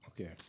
Okay